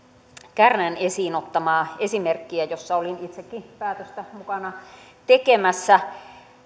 kärnän esiin ottamaa esimerkkiä jossa olin itsekin päätöstä mukana tekemässä